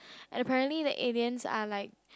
and apparently the aliens are like